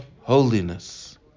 holiness